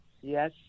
Yes